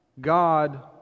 God